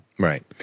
Right